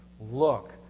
look